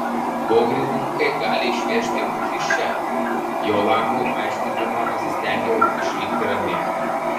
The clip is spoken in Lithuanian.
pogrindininkai gali išvežti mus iš čia jo labui aiškindama pasistengiau išlikti rami